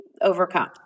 overcome